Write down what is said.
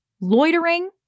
loitering